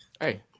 Hey